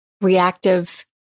reactive